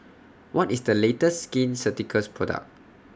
What IS The latest Skin Ceuticals Product